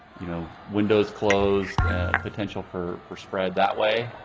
you know windows closed and potential for for spread that way,